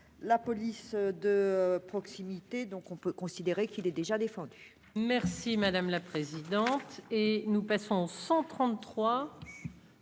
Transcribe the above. la police de proximité, donc on peut considérer qu'il est déjà défendu. Merci madame la présidente et nous passons 133